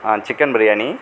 chicken biryani